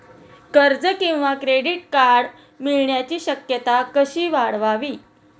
कर्ज किंवा credit card मिळण्याची शक्यता कशी वाढवावी?